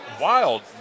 wild